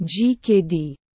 gkd